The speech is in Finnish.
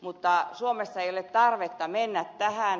mutta suomessa ei ole tarvetta mennä tähän